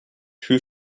two